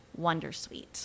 wondersuite